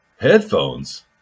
headphones